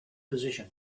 position